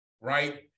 right